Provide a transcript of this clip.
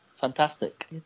fantastic